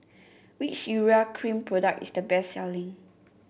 which Urea Cream product is the best selling